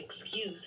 excuse